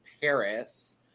Paris